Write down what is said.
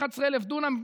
11,000 דונם,